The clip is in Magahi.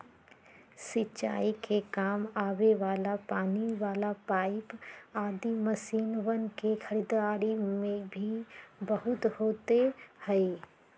सिंचाई के काम आवे वाला पानी वाला पाईप आदि मशीनवन के खरीदारी भी बहुत होते हई